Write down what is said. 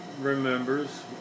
remembers